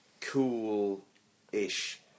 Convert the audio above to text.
cool-ish